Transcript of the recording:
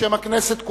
בשם הכנסת כולה,